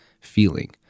feeling